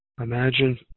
imagine